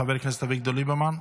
חבר הכנסת אביגדור ליברמן,